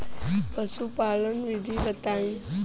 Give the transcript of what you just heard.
पशुपालन विधि बताई?